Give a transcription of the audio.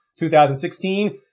2016